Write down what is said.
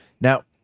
Now